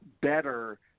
better